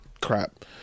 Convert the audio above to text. crap